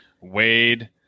Wade